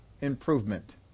improvement